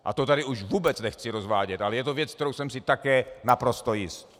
A to tady už vůbec nechci rozvádět, ale je to věc, kterou jsem si také naprosto jist.